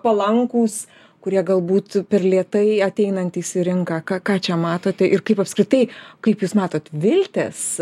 palankūs kurie galbūt per lėtai ateinantys į rinką ką ką čia matote ir kaip apskritai kaip jūs matot viltės